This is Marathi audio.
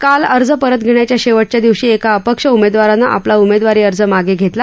काल अर्ज परत घेण्याच्या शेवटच्या दिवशी एका अपक्ष उमेदवाराने आपला उमदेवारी अर्ज मागे घेतला